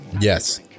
Yes